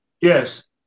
yes